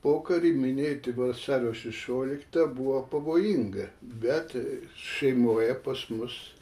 pokarį minėti vasario šešioliktą buvo pavojinga bet šeimoje pas mus